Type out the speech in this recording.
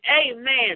Amen